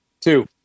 Two